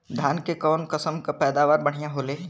धान क कऊन कसमक पैदावार बढ़िया होले?